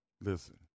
Listen